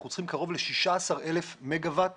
אנחנו צריכים קרוב ל-16,000 מגה-ואט